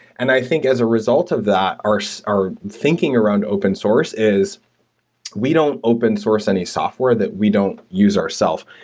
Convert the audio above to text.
and i think as a result of that, our so our thinking around open source is we don't open source any software that we don't use our self.